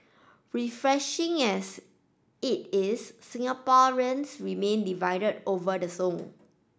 refreshing as it is Singaporeans remain divided over the song